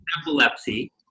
epilepsy